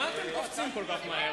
אתה כבר לא דובר.